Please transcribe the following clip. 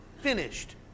finished